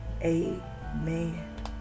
amen